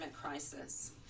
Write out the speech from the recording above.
crisis